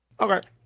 Okay